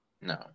No